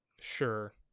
Sure